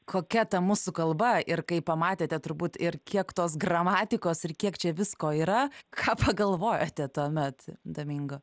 kokia ta mūsų kalba ir kai pamatėte turbūt ir kiek tos gramatikos ir kiek čia visko yra ką pagalvojate tuomet domingo